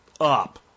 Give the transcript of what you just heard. up